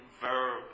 verb